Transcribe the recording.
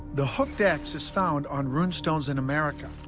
the hooked x is found on rune stones in america,